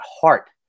heart